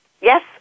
Yes